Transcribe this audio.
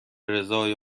رضای